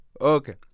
Okay